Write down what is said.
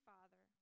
Father